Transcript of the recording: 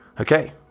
Okay